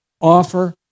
offer